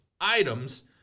items